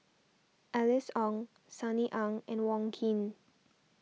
Alice Ong Sunny Ang and Wong Keen